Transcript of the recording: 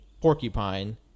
porcupine